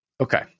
Okay